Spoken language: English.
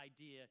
idea